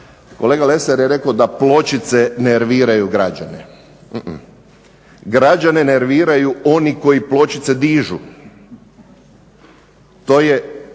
Kolega Lesar je rekao da pločice nerviraju građane, građane nerviraju oni koji pločice dižu. To je